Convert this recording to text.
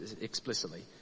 explicitly